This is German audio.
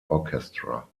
orchestra